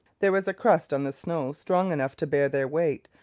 there was a crust on the snow strong enough to bear their weight,